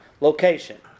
location